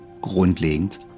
grundlegend